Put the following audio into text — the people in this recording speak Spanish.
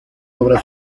obras